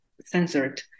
censored